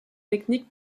technique